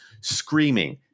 screaming